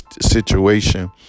situation